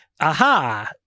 aha